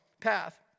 path